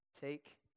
Take